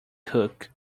hook